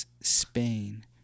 Spain